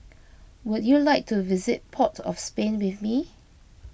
would you like to visit Port of Spain with me